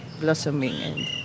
blossoming